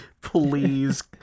Please